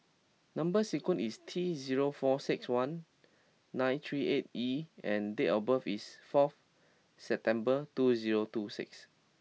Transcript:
number sequence is T zero four six one nine three eight E and date of birth is four September two zero two six